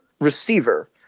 receiver